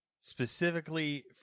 specifically